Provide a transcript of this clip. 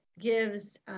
gives